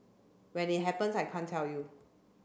when it happens I can't tell you